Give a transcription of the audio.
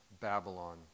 Babylon